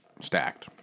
stacked